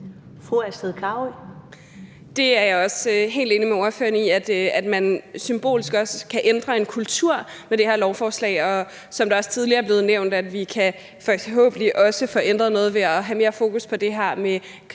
Det er jeg også helt enig med ordføreren i, altså at man også symbolsk kan ændre en kultur med det her lovforslag, og som der også tidligere er blevet nævnt, kan vi forhåbentlig også få ændret noget ved at have mere fokus på det her med grænser